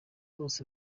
bose